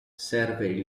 serve